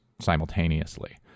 simultaneously